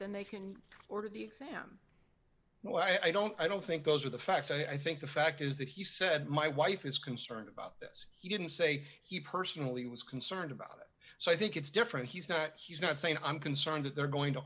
then they can order the exam well i don't i don't think those are the facts i think the fact is that he said my wife is concerned about this he didn't say he personally was concerned about it so i think it's different he's not he's not saying i'm concerned that they're going to